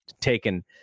taken